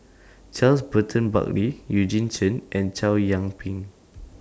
Charles Burton Buckley Eugene Chen and Chow Yian Ping